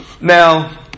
Now